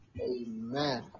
Amen